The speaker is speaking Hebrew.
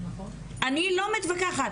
אני לא מתווכחות,